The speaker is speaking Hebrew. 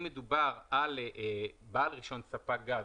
אם מדובר על בעל רישיון ספק גז,